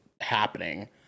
happening